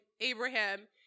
Abraham